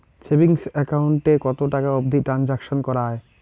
Savings account এ কতো টাকা অবধি ট্রানসাকশান করা য়ায়?